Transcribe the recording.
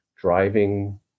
driving